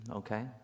okay